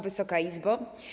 Wysoka Izbo!